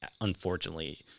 unfortunately